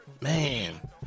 Man